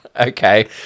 Okay